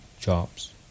jobs